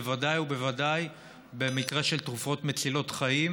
בוודאי ובוודאי במקרה של תרופות מצילות חיים.